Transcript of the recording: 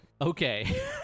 okay